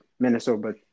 Minnesota